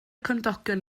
cymdogion